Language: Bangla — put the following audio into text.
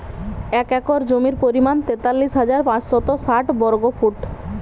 এক একর জমির পরিমাণ তেতাল্লিশ হাজার পাঁচশত ষাট বর্গফুট